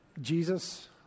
jesus